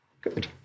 Good